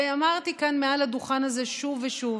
ואמרתי כאן, מעל הדוכן הזה, שוב ושוב: